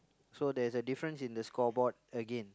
so there's a difference in the scoreboard again